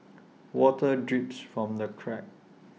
water drips from the cracks